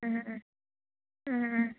ꯎꯝꯎꯝ ꯎꯝꯎꯝ